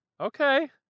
okay